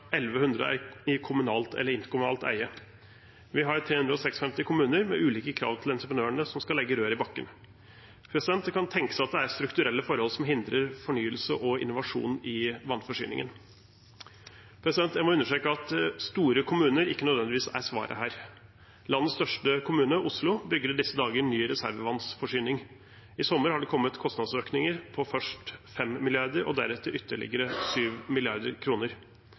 i kommunalt eller interkommunalt eie. Vi har 356 kommuner, med ulike krav til entreprenørene som skal legge rør i bakken. Det kan tenkes at det er strukturelle forhold som hindrer fornyelse og innovasjon i vannforsyningen. Jeg må understreke at store kommuner ikke nødvendigvis er svaret her. Landets største kommune, Oslo, bygger i disse dager ny reservevannforsyning. I sommer har det kommet kostnadsøkninger på først 5 mrd. kr og deretter ytterligere